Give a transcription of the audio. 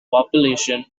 population